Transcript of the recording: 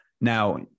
Now